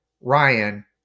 Ryan